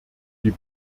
die